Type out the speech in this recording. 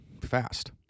fast